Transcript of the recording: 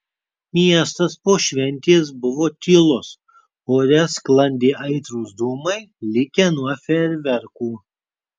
miestas po šventės buvo tylus ore sklandė aitrūs dūmai likę nuo fejerverkų